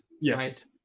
yes